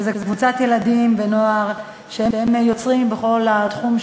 שזה קבוצת ילדים ונוער שיוצרים בתחום האמנות.